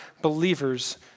believers